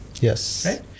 Yes